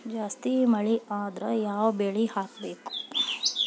ಜಾಸ್ತಿ ಮಳಿ ಆದ್ರ ಯಾವ ಬೆಳಿ ಹಾಕಬೇಕು?